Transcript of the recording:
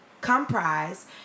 comprise